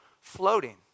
floating